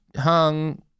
hung